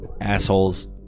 Assholes